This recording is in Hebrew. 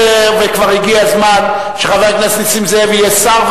וכבר הגיע הזמן שחבר הכנסת נסים זאב יהיה שר,